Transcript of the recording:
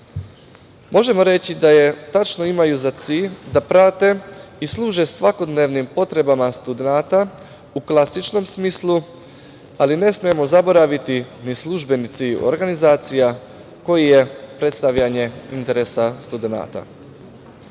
reći da tačno imaju za cilj da prate i služe svakodnevnim potrebama studenata u klasičnom smislu, ali ne smemo zaboraviti ni službenici organizacija koji je predstavljanje interesa studenata.